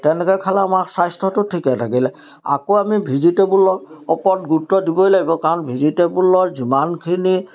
তেনেকৈ খালে আমাৰ স্বাস্থ্যটো ঠিকে থাকিলে আকৌ আমি ভিজিটেবুলৰ ওপৰত গুৰুত্ব দিবই লাগিব কাৰণ ভিজিটেবুলৰ যিমানখিনি